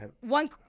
one